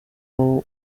uwa